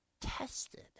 tested